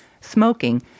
smoking